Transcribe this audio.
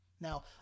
Now